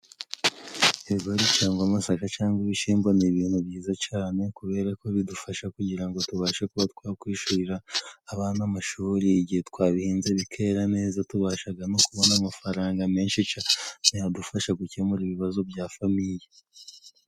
Ibigori, cyangwa amasaka, cyangwa ibishimbo ni ibintu byiza cyane, kubera ko bidufasha kugira tubashe kuba twakwishyurira abana amashuri, igihe twabihinze bikera neza tubasha no kubona amafaranga menshi yadufasha gukemura ibibazo bya famiye.